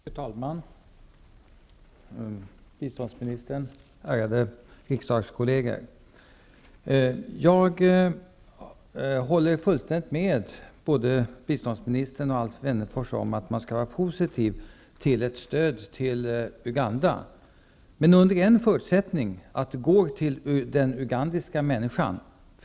Fru talman! Biståndsministern och ärade riksdagskolleger! Jag håller fullständigt med både biståndsministern och Alf Wennerfors om att man skall vara positiv till ett stöd till Uganda. Men det är under förutsättningen att stödet går till den ugandiska människan.